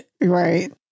Right